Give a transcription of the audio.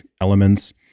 elements